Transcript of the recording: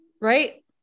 Right